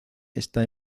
está